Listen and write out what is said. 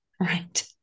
Right